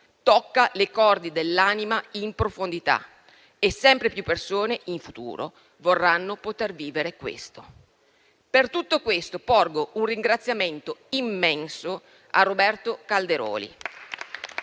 tocca le corde dell'anima in profondità e sempre più persone in futuro vorranno poter vivere questo. Per tutto questo, porgo un ringraziamento immenso a Roberto Calderoli